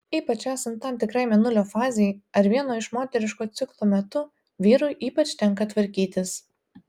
ypač esant tam tikrai mėnulio fazei ar vieno iš moteriško ciklo metu vyrui ypač tenka tvarkytis